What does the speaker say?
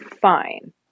fine